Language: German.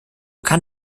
kann